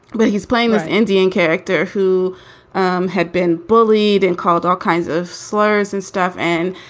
but he's playing this indian character who um had been bullied and called all kinds of slurs and stuff and